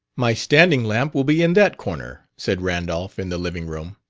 my standing lamp will be in that corner, said randolph, in the living-room,